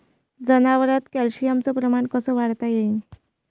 जनावरात कॅल्शियमचं प्रमान कस वाढवता येईन?